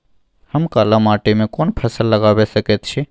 हम काला माटी में कोन फसल लगाबै सकेत छी?